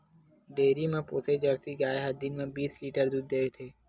dairy म पोसे Jersey गाय ह दिन म बीस लीटर तक दूद देथे